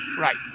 right